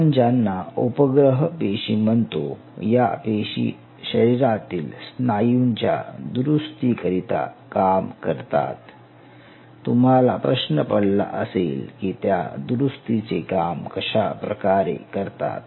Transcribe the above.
आपण ज्यांना उपग्रह पेशी म्हणतो या पेशी शरीरातील स्नायूंच्या दुरुस्तीकरिता काम करतात तुम्हाला प्रश्न पडला असेल की त्या दुरुस्तीचे काम कशा प्रकारे करतात